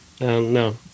No